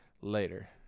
later